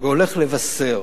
והולך לבשר